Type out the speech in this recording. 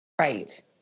Right